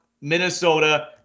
Minnesota